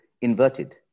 inverted